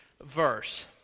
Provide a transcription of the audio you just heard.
verse